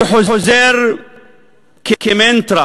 שחוזר כמנטרה